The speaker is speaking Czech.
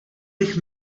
bych